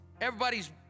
everybody's